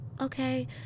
okay